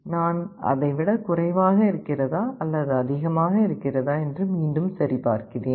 நான் அதை விட குறைவாக இருக்கிறதா அல்லது அதிகமாக இருக்கிறதா என்று மீண்டும் சரிபார்க்கிறேன்